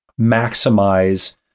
maximize